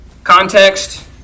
Context